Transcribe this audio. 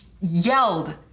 yelled